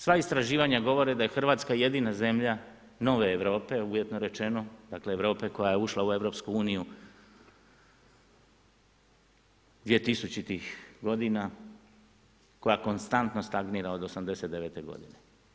Sva istraživanja govore da je Hrvatska jedina zemlja nove Europe, uvjetno rečeno, dakle Europe koja je ušla u EU dvije tisućitih godina, koja konstantno stagnira od '89. godine.